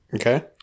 Okay